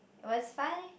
it was fun eh